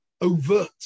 overt